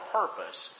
purpose